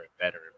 better